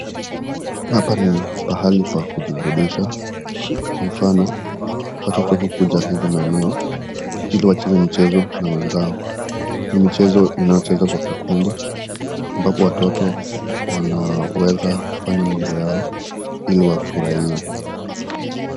Hapa ni pahali pa kujiburudisha. Kwa mfano, watoto hukuja hizi maeneo ili wacheze mchezo na wenzao. Ni michezo inayo chezwa kwa kikundi ambapo watoto wanaweza kufanya mambo yao ili wafurahie.